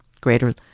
greater